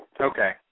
Okay